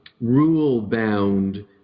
rule-bound